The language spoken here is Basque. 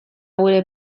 gure